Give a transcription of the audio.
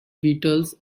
beetles